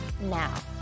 now